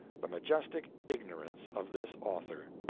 the majestic ignorance of this author.